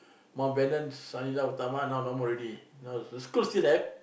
Mountbatten Sang Nila Utama now no more already school still have